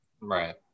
Right